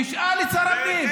תשאל את שר הפנים.